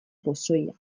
pozoiak